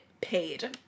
paid